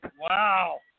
Wow